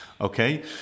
okay